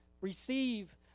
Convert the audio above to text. receive